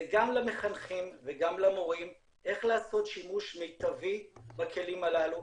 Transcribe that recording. זה גם למחנכים וגם למורים איך לעשות שימוש מיטבי בכלים הללו,